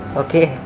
okay